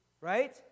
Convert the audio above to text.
right